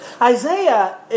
Isaiah